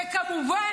וכמובן,